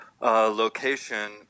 location